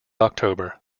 october